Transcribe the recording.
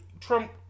Trump